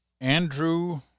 Andrew